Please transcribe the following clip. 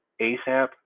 ASAP